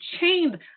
chained